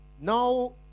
Now